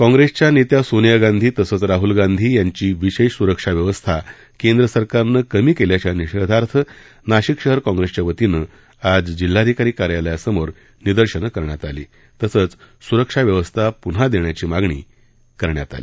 काँग्रेस पक्षाच्या नेत्या सोनिया गांधी तसंच राहल गांधी यांची विशेष सुरक्षा व्यवस्था केंद्र सरकारनं कमी केली त्याच्या निषेधार्थ नाशिक शहर काँग्रेसच्या वतीनं आज जिल्हाधिकारी कार्यालयासमोर निदर्शनं करण्यात आली तसंच सुरक्षा व्यवस्था प्न्हा देण्याची मागणी करण्यात आली